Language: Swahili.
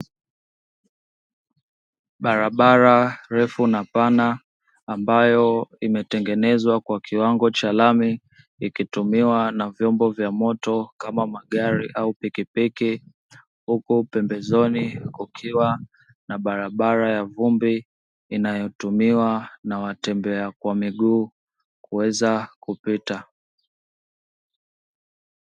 Barabara refu na pana ambayo imetengenezwa kwa kiwango cha lami, ikitumiwa na vyombo vya moto kama magari au pikipiki. Huku pembezoni kukiwa na barabara ya vumbi inayotumiwa na watembea miguu, kuweza kupita.